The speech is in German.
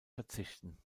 verzichten